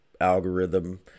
algorithm